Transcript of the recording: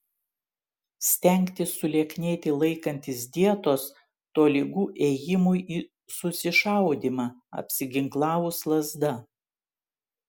stengtis sulieknėti laikantis dietos tolygu ėjimui į susišaudymą apsiginklavus lazda